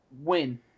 win